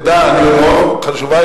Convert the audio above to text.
זה בסדר, חברת הכנסת ברקוביץ?